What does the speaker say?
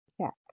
check